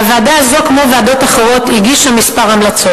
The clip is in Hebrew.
הוועדה הזאת, כמו ועדות אחרות, הגישה כמה המלצות.